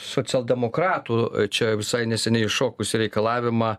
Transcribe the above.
socialdemokratų čia visai neseniai iššokusį reikalavimą